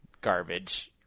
garbage